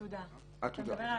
הכוונה לעתודה.